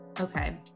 Okay